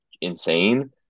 insane